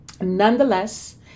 nonetheless